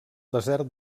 desert